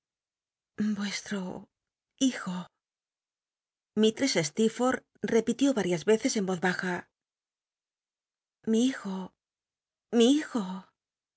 vuestro hijo istress slcerforlh repitió varias r eces en oz baja lli hijo l mi hijo